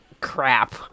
crap